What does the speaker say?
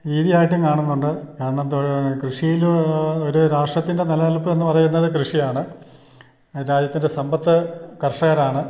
രീതിയായിട്ടും കാണുന്നുണ്ട് കാരണം കൃഷിയിൽ ഒരു രാഷ്ട്രത്തിൻ്റെ നിലനിൽപ്പ് എന്നു പറയുന്നത് കൃഷിയാണ് രാജ്യത്തിൻ്റെ സമ്പത്ത് കർഷകരാണ്